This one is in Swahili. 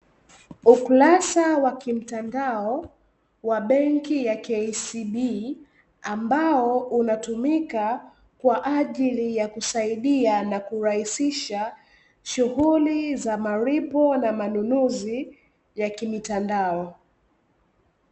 Ukurasa wa kimtandao wa benki ya keiesidi, ambao unatumika kwa ajili ya kusaidia na kurahisisha shuguli za malipo na manunuzi ya kimitandao.